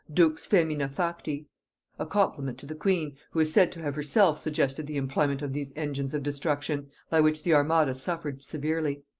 dux faemina facti a compliment to the queen, who is said to have herself suggested the employment of these engines of destruction, by which the armada suffered severely.